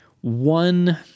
one